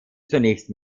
zunächst